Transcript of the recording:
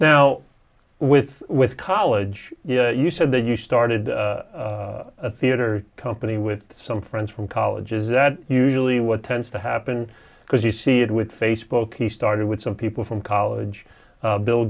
now with with college you know you said that you started a theater company with some friends from college is that usually what tends to happen because you see it with facebook he started with some people from college bill